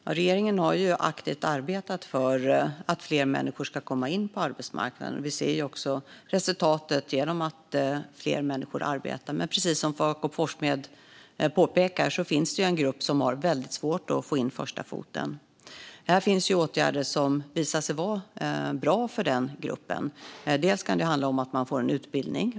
Fru talman! Regeringen har aktivt arbetat för att fler människor ska komma in på arbetsmarknaden. Vi ser också resultatet genom att fler människor arbetar. Men precis som Jakob Forssmed påpekar finns det en grupp som har väldigt svårt att få in första foten. Det finns åtgärder som visat sig vara bra för den gruppen. Det kan handla om att man får en utbildning.